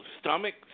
stomach